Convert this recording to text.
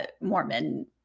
Mormon